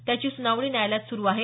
त्याची सुनावणी न्यायालयात सुरू आहे